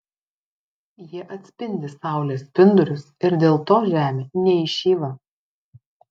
jie atspindi saulės spindulius ir dėl to žemė neįšyla